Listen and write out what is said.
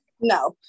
No